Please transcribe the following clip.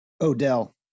Odell